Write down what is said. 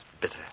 bitter